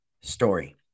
story